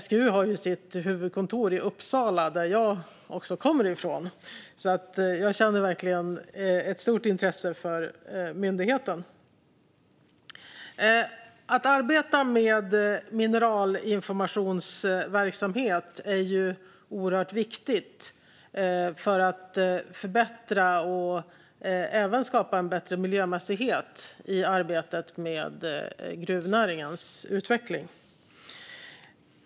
SGU har sitt huvudkontor i Uppsala, som jag kommer ifrån. Jag känner verkligen ett stort intresse för myndigheten. Att arbeta med mineralinformationsverksamhet är oerhört viktigt för att förbättra och även skapa en bättre miljömässighet i arbetet med gruvnäringens utveckling.